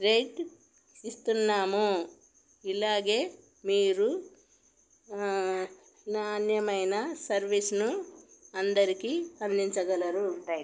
rate ఇస్తున్నాము ఇలాగే మీరు నాణ్యమైన సర్వీస్ను అందరికీ అందించగలరు